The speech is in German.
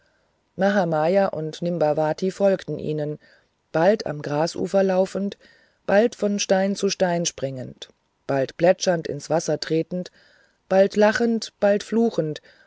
mahamaya und nimbavati folgten ihnen bald am grasufer laufend bald von stein zu stein springend bald plätschernd ins wasser tretend bald lachend bald fluchend